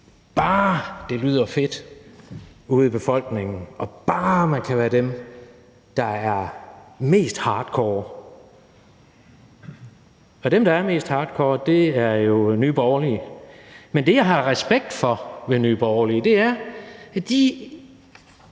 bare det lyder fedt ude i befolkningen, og bare man kan være dem, der er mest hardcore. Dem, der er mest hardcore, er jo Nye Borgerlige, men det, jeg har respekt for ved Nye Borgerlige, er, at de